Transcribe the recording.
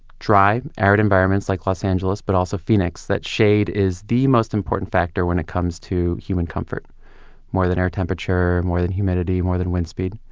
dry, arid environments like los angeles, but also phoenix, that shade is the most important factor when it comes to human comfort more than air temperature, more than humidity, more than wind speed,